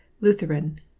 Lutheran